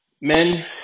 men